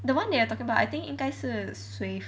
the [one] that you are talking about I think 应该是 swave